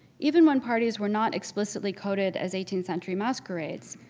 even when parties were not explicitly coded as eighteenth century masquerades,